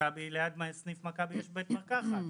וליד סניף מכבי יש בית מרקחת.